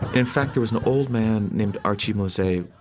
in fact, there was an old man named archie mosay.